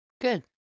Good